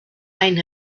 ein